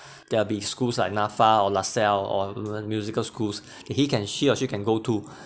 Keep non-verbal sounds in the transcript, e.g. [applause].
there'll be schools like NAFA or lasalle or [noise] musical schools he can she or she can go to